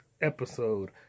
episode